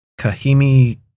Kahimi